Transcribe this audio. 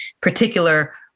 particular